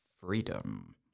freedom